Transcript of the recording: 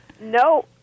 No